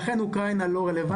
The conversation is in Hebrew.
ולכן אוקראינה לא רלוונטית.